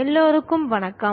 எல்லோருக்கும் வணக்கம்